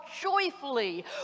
joyfully